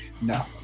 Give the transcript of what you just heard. No